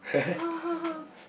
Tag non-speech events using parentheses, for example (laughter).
(laughs)